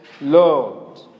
Lord